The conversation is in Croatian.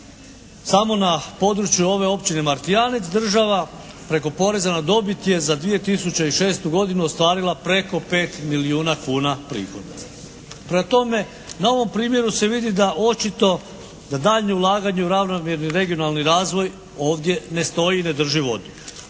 samo na području ove općine Martijanec država preko poreza na dobit je za 2006. godinu ostvarila preko 5 milijuna kuna prihoda. Prema tome na ovom primjeru se vidi da očito da daljnje ulaganje u ravnomjerni regionalni razvoj ovdje ne stoji i ne drži vodu.